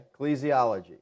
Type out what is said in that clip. Ecclesiology